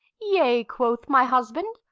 yea, quoth my husband,